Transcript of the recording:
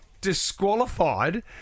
disqualified